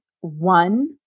One